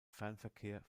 fernverkehr